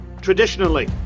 Traditionally